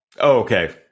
okay